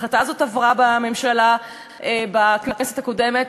ההחלטה הזאת עברה בממשלה בכנסת הקודמת.